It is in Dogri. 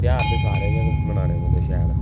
तेहार ते सारे गै मनाने पौंदे शैल